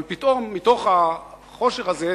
אבל פתאום, מתוך החושך הזה,